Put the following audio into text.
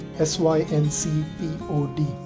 S-Y-N-C-P-O-D